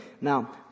now